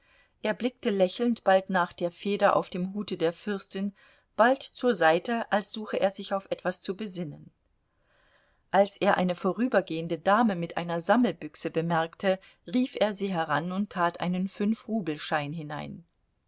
er blickte lächelnd bald nach der feder auf dem hute der fürstin bald zur seite als suche er sich auf etwas zu besinnen als er eine vorübergehende dame mit einer sammelbüchse bemerkte rief er sie an und tat einen fünfrubelschein hinein